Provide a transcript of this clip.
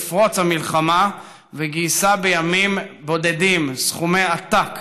בפרוץ המלחמה וגייסה בימים בודדים סכומי עתק